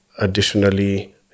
Additionally